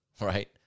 right